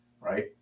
right